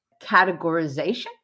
categorization